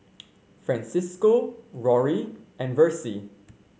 Francisco Rory and Versie